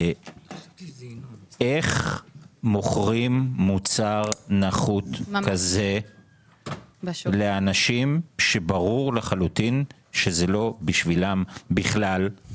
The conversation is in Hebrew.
איך מוכרים מוצר נחות כזה לאנשים שברור לחלוטין שזה לא בשבילם בכלל?